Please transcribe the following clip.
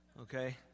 okay